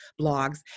blogs